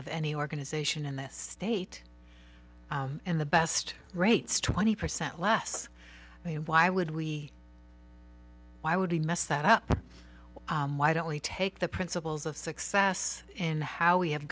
of any organization in this state in the best rates twenty percent less i mean why would we why would he mess that up why don't we take the principles of success in how we have